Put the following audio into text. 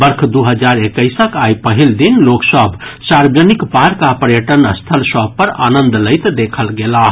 वर्ष दू हजार एक्कैसक आइ पहिल दिन लोकसभ सार्वजनिक पार्क आ पर्यटन स्थल सभ पर आनंद लैत देखल गेलाह